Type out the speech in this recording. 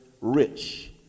rich